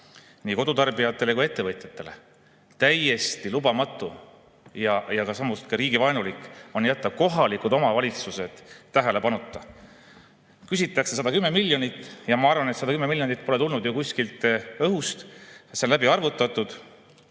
nii kodutarbijatele kui ka ettevõtjatele. Täiesti lubamatu ja samas ka riigivaenulik on jätta kohalikud omavalitsused tähelepanuta. Küsitakse 110 miljonit ja ma arvan, et 110 miljonit pole tulnud ju kuskilt õhust, selle on läbi arvutanud